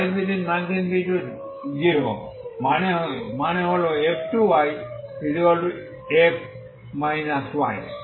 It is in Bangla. ∞y0 মানে যখন f2yf y